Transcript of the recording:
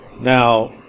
Now